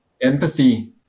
Empathy